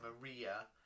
Maria